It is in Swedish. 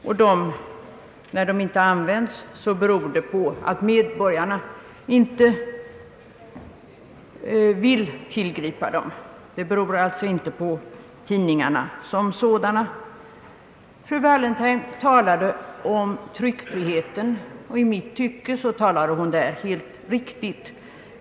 När dessa möjligheter inte används beror det på att medborgarna inte vill tillgripa dem. Det beror alltså inte på tidningarna som sådana. Fru Wallentheim talade uppskattande om tryckfriheten, och i mitt tycke talade hon där helt riktigt.